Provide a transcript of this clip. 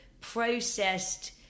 processed